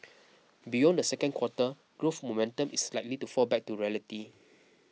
beyond the second quarter growth momentum is likely to fall back to reality